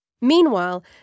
Meanwhile